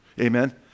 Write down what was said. Amen